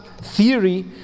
theory